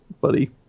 buddy